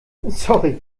sorry